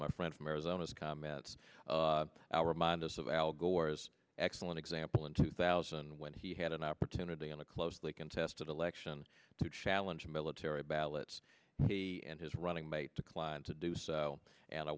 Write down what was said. my friend from arizona his comments our remind us of al gore's excellent example in two thousand when he had an opportunity on a closely contested election to challenge military ballots he and his running mate declined to do so and i